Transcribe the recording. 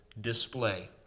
display